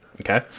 Okay